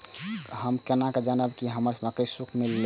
हम केना जानबे की हमर मक्के सुख गले?